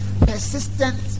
persistent